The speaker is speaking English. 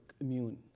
immune